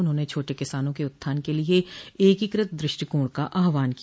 उन्होंने छोटे किसानों के उत्थान के लिए एकीकृत दृष्टिकोण का आहवान किया